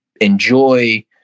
enjoy